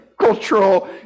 cultural